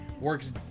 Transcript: works